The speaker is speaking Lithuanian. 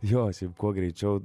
jo šiaip kuo greičiau